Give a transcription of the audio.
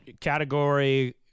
category